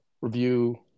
review